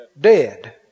dead